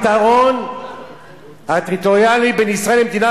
הפתרון הטריטוריאלי בין ישראל לבין מדינה